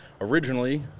Originally